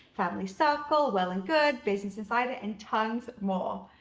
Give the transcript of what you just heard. family circle, well and good, business insider and tons more.